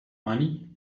money